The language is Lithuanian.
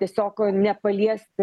tiesiog nepaliest